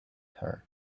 her